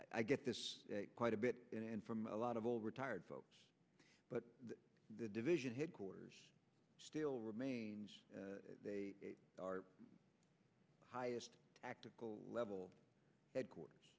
i get this quite a bit from a lot of old retired folks but the division headquarters still remains our highest tactical level headquarters